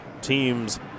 team's